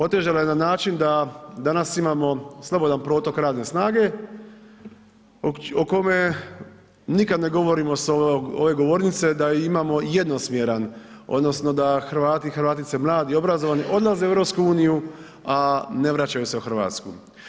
Otežala je na način da danas imamo slobodan protok radne snage o kome nikad ne govorimo s ove govornice da imamo jednosmjeran odnosno da Hrvati i Hrvatice, mladi i obrazovani odlaze u EU a ne vraćaju se u Hrvatsku.